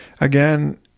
again